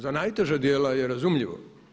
Za najteža djela je razumljivo.